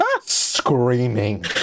screaming